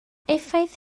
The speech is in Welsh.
effaith